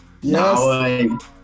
Yes